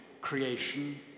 creation